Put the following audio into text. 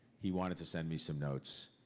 he wanted to send me some notes.